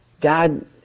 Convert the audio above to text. God